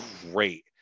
great